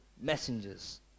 messengers